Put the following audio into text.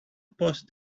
post